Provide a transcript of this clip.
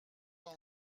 dans